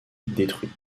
détruit